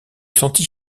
sentit